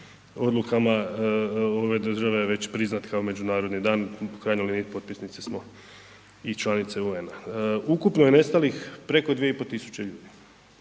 odlukama ove države priznat kao međunarodni dan u krajnjoj liniji potpisnici smo i članice UN-a. Ukupno je nestalih preko 2.500 ljudi,